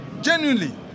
Genuinely